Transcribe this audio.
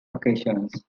occasions